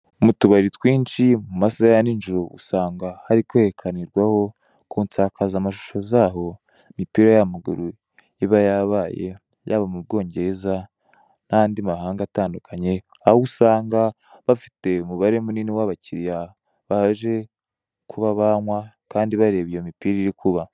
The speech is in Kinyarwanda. Mu tubari twinshi, mu masaha ya ninjoro usanga hari kwerekanirwaho ku nsakazamashusho zaho imipira y'amaguru iba yabaye, yaba mu Bwongereza, n'andi mahanga atandukanye, aho usanga bafite umubare munini w'abakiriya baje kuba banywa, kandi bareba iyo mipira iri kuba.